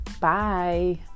Bye